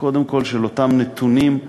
של אותם נתונים,